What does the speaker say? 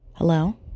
Hello